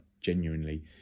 genuinely